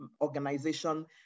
organization